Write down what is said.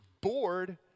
bored